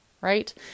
Right